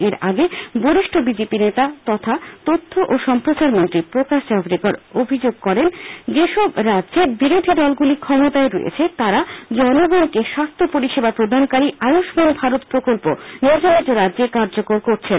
এর আগে গরিষ্ঠ বিজেপি নেতা তথা তথ্য ও সম্প্রচার মন্ত্রী প্রকাশ জাভরেকর অভিযোগ করেন যে সব রাজ্যে বিরোধী দলগুলি ক্ষমতায় রয়েছে তারা জনগণকে স্বাস্থ্য পরিষেবা প্রদানকারী আয়ুষ্পান ভারত প্রকল্প নিজ নিজ রাজ্যে কার্যকর করছে না